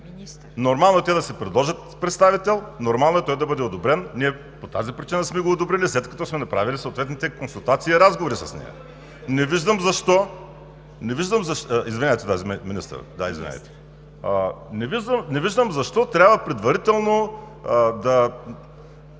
Нормално е те да си предложат представител, нормално е той да бъде одобрен. Ние по тази причина сме го одобрили, след като сме направили съответните консултации и разговори с нея. Не виждам защо трябва предварително да